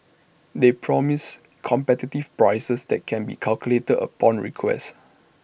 they promise competitive prices that can be calculated upon request